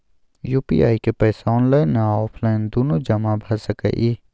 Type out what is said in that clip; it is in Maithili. यु.पी.आई के पैसा ऑनलाइन आ ऑफलाइन दुनू जमा भ सकै इ?